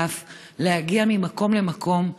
טף להגיע ממקום למקום,